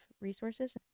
resources